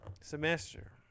semester